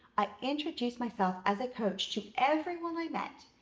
i introduced myself as a coach to everyone i met,